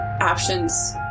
Options